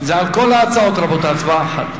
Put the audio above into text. של הכנסת נתקבלה.